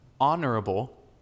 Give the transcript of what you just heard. honorable